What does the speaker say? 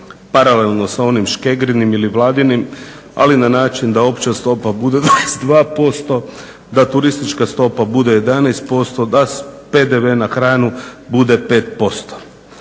paralelno sa onim Škegrinim ili Vladinim, ali na način da opća stopa bude 22%, da turistička stopa bude 11%, da PDV na hranu bude 5%.